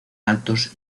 altos